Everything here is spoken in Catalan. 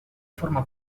forma